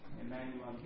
Emmanuel